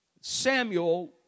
Samuel